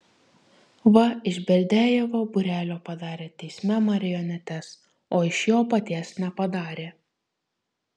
va iš berdiajevo būrelio padarė teisme marionetes o iš jo paties nepadarė